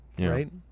Right